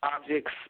objects